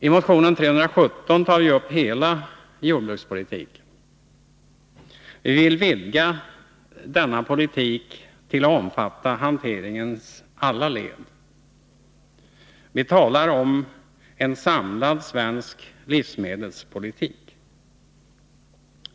I motion 317 tar vi upp hela jordbrukspolitiken. Vi vill vidga denna politik till att omfatta hanteringens alla led. Vi talar om en samlad svensk livsmedelspolitik.